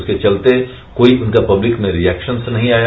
उसके चलते कोई उनका पब्लिक में रिएक्शन नहीं आया